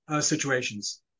situations